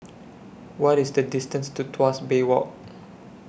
What IS The distance to Tuas Bay Walk